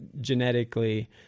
genetically